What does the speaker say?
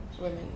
women